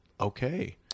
okay